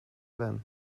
vän